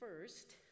first